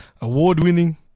award-winning